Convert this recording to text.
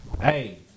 Hey